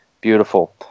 Beautiful